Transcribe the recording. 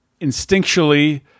instinctually